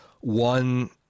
one